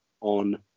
on